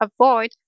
avoid